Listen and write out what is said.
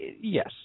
Yes